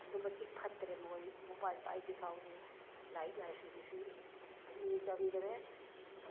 ꯑꯗꯨꯛ ꯃꯇꯤꯛ ꯐꯠꯇꯔꯦ ꯃꯣꯏ ꯃꯣꯕꯥꯏꯜ ꯄꯥꯏꯗ꯭ꯔꯤꯐꯥꯎꯁꯦ ꯂꯥꯏꯔꯤꯛ ꯂꯥꯏꯁꯨꯗꯁꯨ ꯄꯨꯛꯅꯤꯡ ꯆꯪꯗꯔꯦ